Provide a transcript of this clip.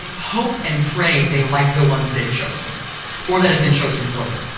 hope and pray they like the ones they've chosen or that've been chosen for them.